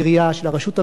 של הרשות המקומית,